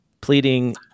pleading